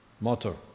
motto